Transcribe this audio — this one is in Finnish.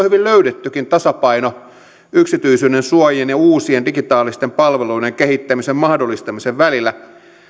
hyvin löydettykin tasapaino yksityisyydensuojan ja uusien digitaalisten palveluiden kehittämisen mahdollistamisen välillä